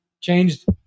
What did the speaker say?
changed